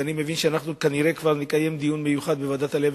ואני מבין שכנראה נקיים דיון מיוחד בוועדת העלייה